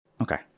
Okay